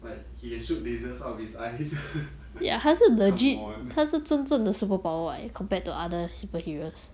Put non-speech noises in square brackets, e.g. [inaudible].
like he can shoot lasers of his eyes [laughs] come on